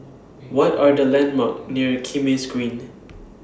What Are The landmarks near Kismis Green